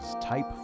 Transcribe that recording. Type